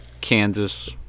Kansas